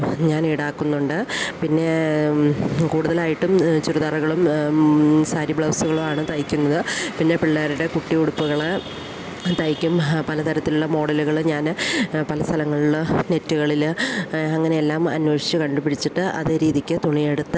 ഞാൻ ഈടാക്കുന്നുണ്ട് പിന്നെ കൂടുതലായിട്ടും ചുരിദാറുകളും സാരി ബ്ലൗസുകളുമാണ് തയ്ക്കുന്നത് പിന്നെ പിള്ളേരുടെ കുട്ടി ഉടുപ്പുകൾ തയ്ക്കും പല തരത്തിലുള്ള മോഡലുകൾ ഞാൻ പല സ്ഥലങ്ങളിൽ നെറ്റുകളിൽ അങ്ങനെയെല്ലാം അന്വേഷിച്ചു കണ്ടുപിടിച്ചിട്ട് അതേ രീതിയ്ക്ക് തുണിയെടുത്ത്